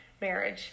marriage